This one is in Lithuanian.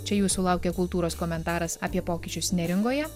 čia jūsų laukia kultūros komentaras apie pokyčius neringoje